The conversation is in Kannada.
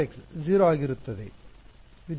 q 0 ಆಗಿರುತ್ತದೆ